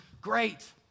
great